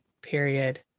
period